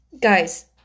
Guys